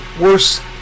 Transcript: worse